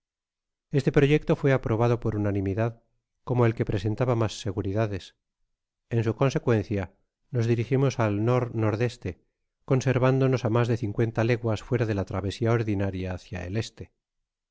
este proyecto fué aprobado por unanimidad como el que presentaba mas seguridades en su consecuencia nos dirigimos al n n e conservándonos á mas de cincuenta leguas fuera de la travesia ordinaria hácia el este